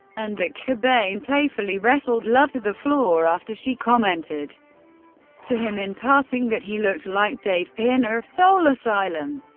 and that cobain playfully wrestled love to the floor after she commented to him in passing that he looked like dave pirner of soul asylum.